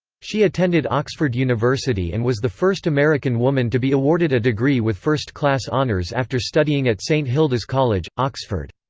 she attended oxford university and was the first american woman to be awarded a degree with first-class honors after studying at st hilda's college, oxford.